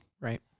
Right